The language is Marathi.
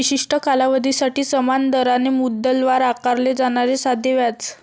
विशिष्ट कालावधीसाठी समान दराने मुद्दलावर आकारले जाणारे साधे व्याज